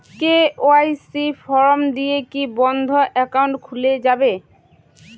KYC form দিয়ে কি বন্ধ একাউন্ট খুলে যাবে?